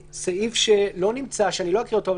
סעיף שלא נמצא ואני לא אקריא אותו,